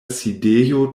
sidejo